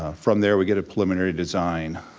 ah from there we get a preliminary design.